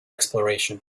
exploration